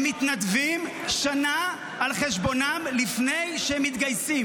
הם מתנדבים שנה על חשבונם לפני שהם מתגייסים.